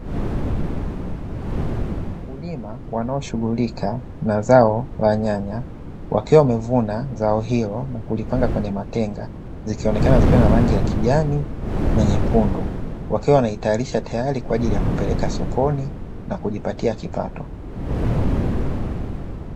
Wakulima wanaoshughulika na zao la nyanya, wakiwa wamevuna zao hilo na kulipanga kwenye matenga, zikionekana zikiwa na rangi ya kijani na nyekundu, wakiwa wanaitayarisha tayari kwa ajili ya kupeleka sokoni, na kujipatia kipato.